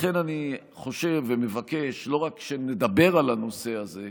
לכן, אני חושב ומבקש לא רק שנדבר על הנושא הזה,